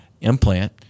implant